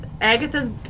Agatha's